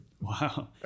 Wow